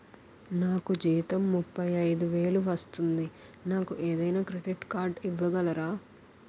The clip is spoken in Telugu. నాకు జీతం ముప్పై ఐదు వేలు వస్తుంది నాకు ఏదైనా క్రెడిట్ కార్డ్ ఇవ్వగలరా?